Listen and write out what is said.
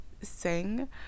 sing